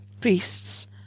Priests